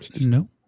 no